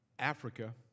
Africa